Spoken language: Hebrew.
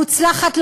מוצלחת,